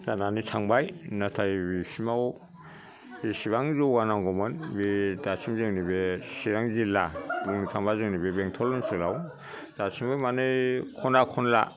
जानानै थांबाय नाथाय बिसिमाव बिसिबां जौगानांगौमोन बे दासिम जोंनि बे चिरां जिल्ला बुंनो थांबा जोंनि बे बेंटलनि ओनसोलाव दासिमबो मानि खना खनला